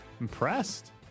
impressed